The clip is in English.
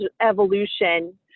evolution